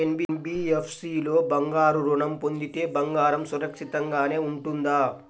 NBFC లో బంగారు ఋణం పొందితే బంగారం సురక్షితంగానే ఉంటుందా?